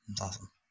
Awesome